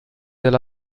della